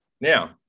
Now